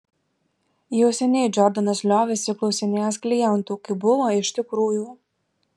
jau seniai džordanas liovėsi klausinėjęs klientų kaip buvo iš tikrųjų